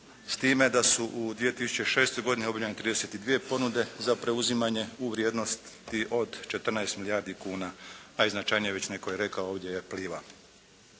s time da su u 2006. godini objavljene 32 ponude za preuzimanje u vrijednosti od 14 milijardi kuna pa i značajnije već netko je rekao ovdje je "Pliva".